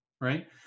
Right